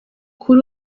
kuri